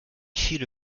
viele